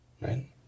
right